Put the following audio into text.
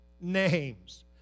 names